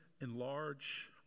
enlarge